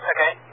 Okay